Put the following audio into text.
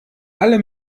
alle